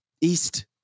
East